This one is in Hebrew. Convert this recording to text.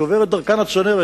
שעוברת דרכן הצנרת,